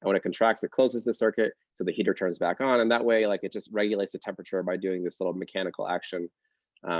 and when it contracts, it closes the circuit, so the heater turns back on. in that way, like it just regulates the temperature by doing this little mechanical action